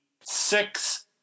six